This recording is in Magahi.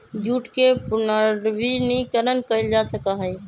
जूट के पुनर्नवीनीकरण कइल जा सका हई